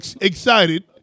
excited